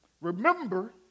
Remember